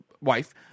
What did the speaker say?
wife